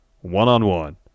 One-on-one